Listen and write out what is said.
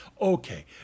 okay